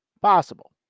Possible